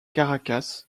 caracas